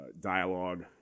dialogue